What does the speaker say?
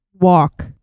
walk